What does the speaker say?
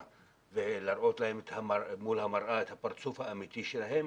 ולהראות להם מול המראה את הפרצוף האמיתי שלהם